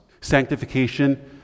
Sanctification